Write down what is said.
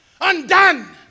Undone